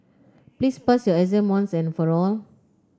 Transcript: please pass your exam once and for all